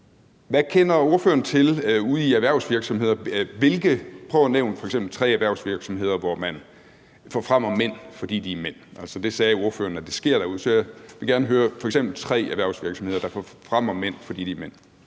Hvad kender ordføreren til det ude i erhvervsvirksomhederne? Prøv f.eks. at nævne tre erhvervsvirksomheder, hvor man forfremmer mænd, fordi de er mænd. Altså, det sagde ordføreren sker derude. Så jeg vil gerne høre om f.eks. tre erhvervsvirksomheder, der forfremmer mænd, fordi de er mænd.